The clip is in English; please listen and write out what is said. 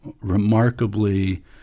remarkably